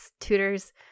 tutors